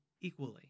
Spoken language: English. equally